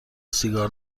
سیگار